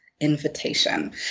invitation